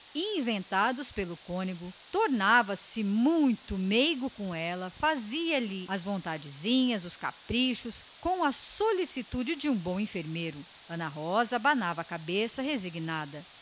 inventados pelo cônego fazia-se agora muito meigo ao lado dela submetia-se aos seus caprichos às suas vontadezinhas de menina doente com a compungida solicitude de um bom enfermeiro ana rosa abanava a cabeça resignada